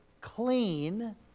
clean